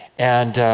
and